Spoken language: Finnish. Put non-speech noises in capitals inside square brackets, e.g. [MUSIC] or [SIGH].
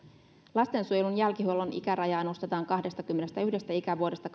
lastensuojelun jälkihuollon ikärajaa nostetaan kahdestakymmenestäyhdestä ikävuodesta [UNINTELLIGIBLE]